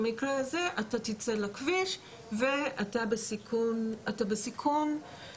במקרה הזה אתה תצא לכביש ואתה בסיכון כמה פעמים,